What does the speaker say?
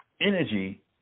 energy